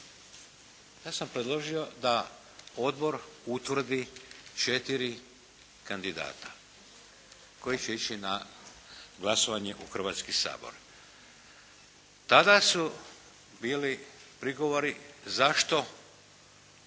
Ja sam predložio da odbor utvrdi 4 kandidata koji će ići na glasovanje u Hrvatski sabor. Tada su bili prigovori zašto